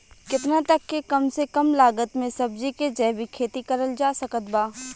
केतना तक के कम से कम लागत मे सब्जी के जैविक खेती करल जा सकत बा?